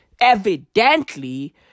Evidently